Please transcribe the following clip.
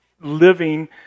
living